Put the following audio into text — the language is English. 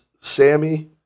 Sammy